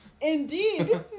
Indeed